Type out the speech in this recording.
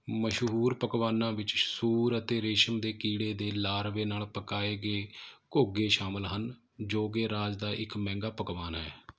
ਮਸ਼ਹੂਰ ਪਕਵਾਨਾਂ ਵਿੱਚ ਸੂਰ ਅਤੇ ਰੇਸ਼ਮ ਦੇ ਕੀੜੇ ਦੇ ਲਾਰਵੇ ਨਾਲ ਪਕਾਏ ਗਏ ਘੋਗੇ ਸ਼ਾਮਲ ਹਨ ਜੋ ਕਿ ਰਾਜ ਦਾ ਇੱਕ ਮਹਿੰਗਾ ਪਕਵਾਨ ਹੈ